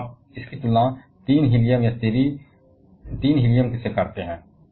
अब आप इसकी तुलना 3 हीलियम या 3 He से करते हैं